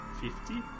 Fifty